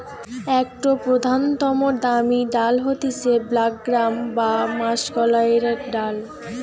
একটো প্রধানতম দামি ডাল হতিছে ব্ল্যাক গ্রাম বা মাষকলাইর ডাল